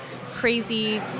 crazy